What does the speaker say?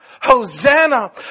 Hosanna